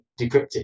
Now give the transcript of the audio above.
decrypted